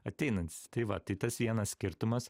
ateinantys tai va tai tas vienas skirtumas